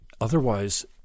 otherwise